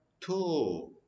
two